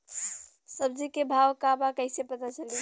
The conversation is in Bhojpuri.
सब्जी के भाव का बा कैसे पता चली?